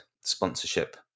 sponsorship